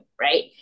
right